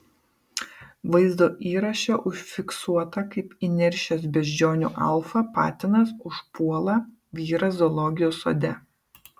vaizdo įraše užfiksuota kaip įniršęs beždžionių alfa patinas užpuola vyrą zoologijos sode